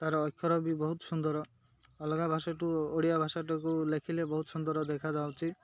ତା'ର ଅକ୍ଷର ବି ବହୁତ ସୁନ୍ଦର ଅଲଗା ଭାଷାଠୁ ଓଡ଼ିଆ ଭାଷାଟାକୁ ଲେଖିଲେ ବହୁତ ସୁନ୍ଦର ଦେଖାଯାଉଛି